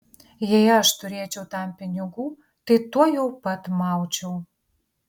jei aš turėčiau tam pinigų tai tuojau pat maučiau